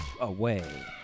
away